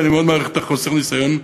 ואני מאוד מעריך את חוסר הניסיון,